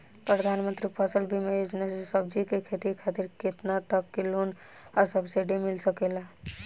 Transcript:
प्रधानमंत्री फसल बीमा योजना से सब्जी के खेती खातिर केतना तक के लोन आ सब्सिडी मिल सकेला?